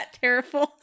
terrible